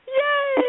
yay